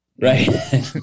right